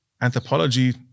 anthropology